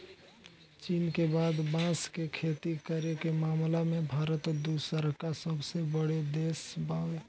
चीन के बाद बांस के खेती करे के मामला में भारत दूसरका सबसे बड़ देश बावे